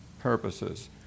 purposes